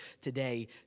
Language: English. today